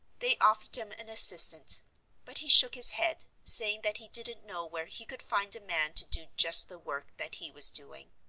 they offered him an assistant but he shook his head, saying that he didn't know where he could find a man to do just the work that he was doing.